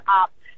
up